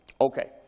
Okay